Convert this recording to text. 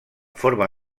forma